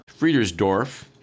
Friedersdorf